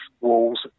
walls